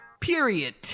Period